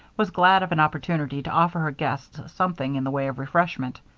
was glad of an opportunity to offer her guests something in the way of refreshment.